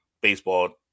baseball